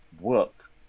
work